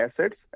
assets